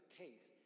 case